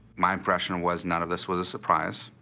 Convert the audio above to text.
my impression was none of this was a surprise.